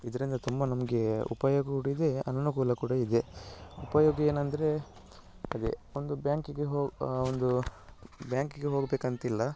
ಇದರಿಂದ ತುಂಬ ನಮಗೆ ಉಪಯೋಗ ಕೂಡ ಇದೆ ಅನಾನುಕೂಲ ಕೂಡ ಇದೆ ಉಪಯೋಗ ಏನೆಂದ್ರೆ ಅದೇ ಒಂದು ಬ್ಯಾಂಕಿಗೆ ಹೋ ಒಂದು ಬ್ಯಾಂಕಿಗೆ ಹೋಗಬೇಕಂತಿಲ್ಲ